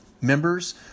members